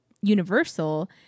Universal